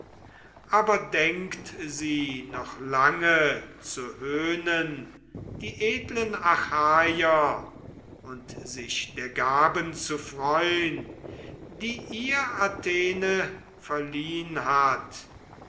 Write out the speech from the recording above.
aber denkt sie noch lange zu höhnen die edlen achaier und sich der gaben zu freun die ihr athene verliehn hat